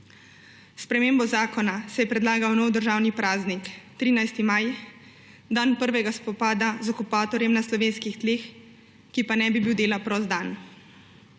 spremembo zakona se je predlagal nov državni praznik, 13. maj – dan prvega spopada z okupatorjem na slovenskih tleh, ki pa ne bi bil dela prost dan.